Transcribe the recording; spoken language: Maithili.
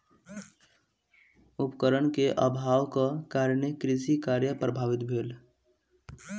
उपकरण के अभावक कारणेँ कृषि कार्य प्रभावित भेल